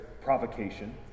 provocation